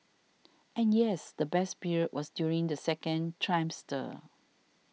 and yes the best period was during the second trimester